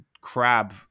crab